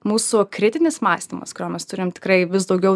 mūsų kritinis mąstymas kurio mes turim tikrai vis daugiau